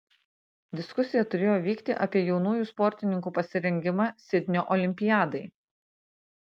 diskusija turėjo vykti apie jaunųjų sportininkų pasirengimą sidnio olimpiadai